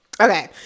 Okay